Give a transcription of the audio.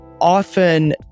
often